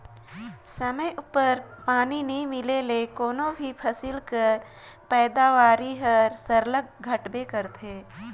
समे उपर पानी नी मिले ले कोनो भी फसिल कर पएदावारी हर सरलग घटबे करथे